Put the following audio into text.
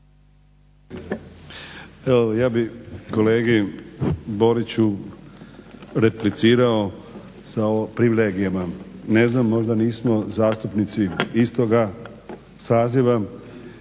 Ja bih kolegi Boriću replicirao sa privilegijama. Ne znam možda nismo zastupnici istoga saziva.